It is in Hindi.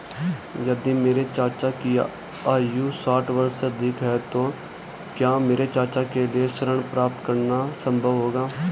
यदि मेरे चाचा की आयु साठ वर्ष से अधिक है तो क्या मेरे चाचा के लिए ऋण प्राप्त करना संभव होगा?